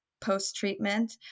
post-treatment